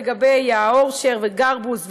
לגבי אורשר וגרבוז,